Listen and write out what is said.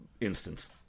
instance